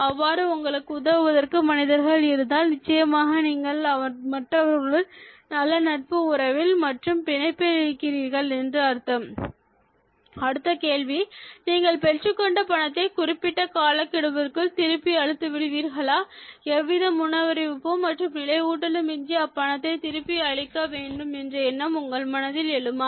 அவ்வாறு உங்களுக்கு உதவுவதற்கு மனிதர்கள் இருந்தால் நிச்சயமாக நீங்கள் மற்றவர்களுடன் நல்ல நட்பு உறவில் மற்றும்பிணைப்பில் இருக்கிறீர்கள் என்று அர்த்தம் அடுத்த கேள்வி நீங்கள் பெற்றுக்கொண்ட பணத்தை குறிப்பிட்ட காலக்கெடுவிற்குள் திருப்பி அளித்து விடுவீர்களா எந்தவித முன்னறிவிப்பும் மற்றும் நினைவூட்டலும் இன்றி அப்பணத்தை திருப்பி அளிக்க வேண்டும் என்ற எண்ணம் உங்கள் மனதில் எழுமா